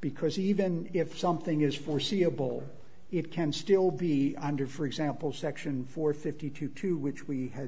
because even if something is foreseeable it can still be under for example section four fifty two to which we had